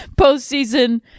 postseason